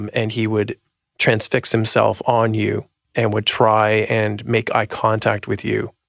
and and he would transfix himself on you and would try and make eye contact with you.